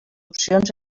opcions